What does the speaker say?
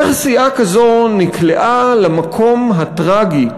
איך סיעה כזאת נקלעה למקום הטרגי,